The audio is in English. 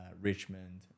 Richmond